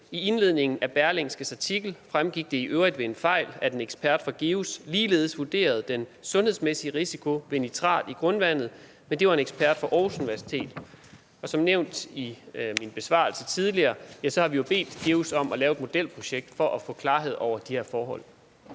»I indledningen af Berlingskes artikel fremgik det i øvrigt ved en fejl, at en ekspert fra GEUS ligeledes vurderede den sundhedsmæssige risiko ved nitrat i grundvandet, men dette var en ekspert fra Aarhus Universitet.« Som nævnt tidligere i min besvarelse, har vi jo bedt GEUS om at lave et modelprojekt for at få klarhed over de her forhold.